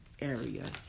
area